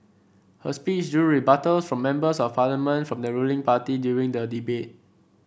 her speech drew rebuttal from Members of Parliament from the ruling party during the debate